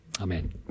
Amen